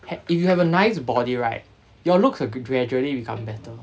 if you have a nice body right your looks could g~ gradually become better